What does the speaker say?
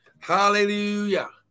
Hallelujah